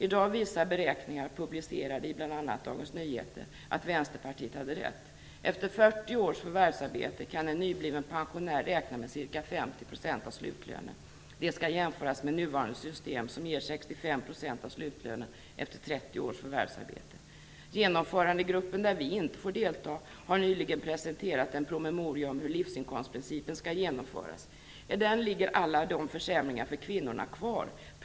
I dag visar beräkningar, publicerade i bl.a. Dagens Nyheter, att Vänsterpartiet hade rätt. Efter 40 års förvärvsarbete kan en nybliven pensionär räkna med ca 50 % av slutlönen. Det skall jämföras med nuvarande system, som ger 65 % av slutlönen efter 30 års förvärvsarbete. Genomförandegruppen, där Vänsterpartiet inte får delta, har nyligen presenterat en promemoria om hur livsinkomstprincipen skall genomföras. I den ligger alla de försämringarna för kvinnorna kvar.